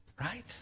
right